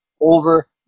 over